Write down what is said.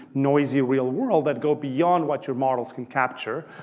noisy real world that go beyond what your models can capture.